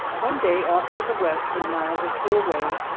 one day, off to the west, a mile or two away,